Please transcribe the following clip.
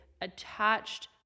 attached